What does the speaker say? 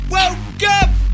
Welcome